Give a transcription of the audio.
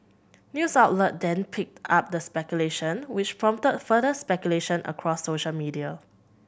news outlet then picked up the speculation which prompted further speculation across social media